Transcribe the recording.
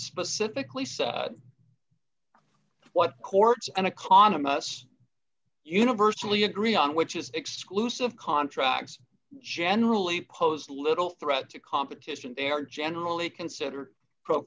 specifically says what courts and economists universally agree on which is exclusive contracts generally pose little threat to competition they are generally consider